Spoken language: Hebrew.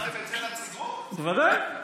בוודאי.